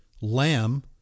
lamb